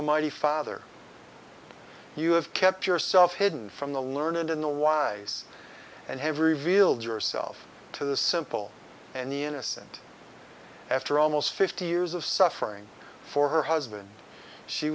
almighty father you have kept yourself hidden from the learned in the wise and have revealed yourself to the simple and the innocent after almost fifty years of suffering for her husband she